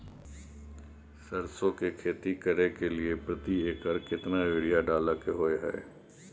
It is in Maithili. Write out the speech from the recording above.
सरसो की खेती करे के लिये प्रति एकर केतना यूरिया डालय के होय हय?